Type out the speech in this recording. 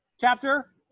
Chapter